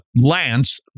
lance